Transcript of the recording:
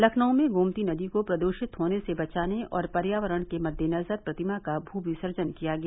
लखनऊ में गोमती नदी को प्रदृष्टित होने से बचाने और पर्यावरण के मद्देनज़र प्रतिमा का भू विसर्जन किया गया